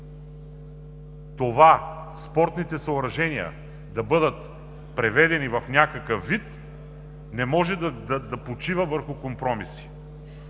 това спортните съоръжения да бъдат преведени в някакъв вид, не може да почива върху компромиси.